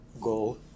goal